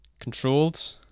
controlled